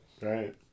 Right